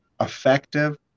effective